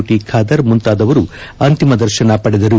T Khader ಮುಂತಾದವರು ಅಂತಿಮ ದರ್ಶನ ಪಡೆದರು